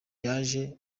yaje